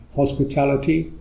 hospitality